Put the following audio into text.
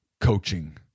coaching